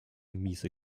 miese